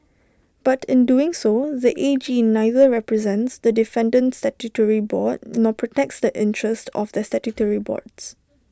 but in doing so the A G neither represents the defendant statutory board nor protects the interests of the statutory board